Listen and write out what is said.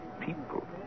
people